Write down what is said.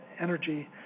energy